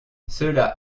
cela